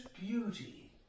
beauty